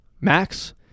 Max